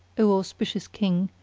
o auspicious king,